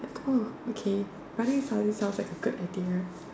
oh okay running suddenly sounds like a good idea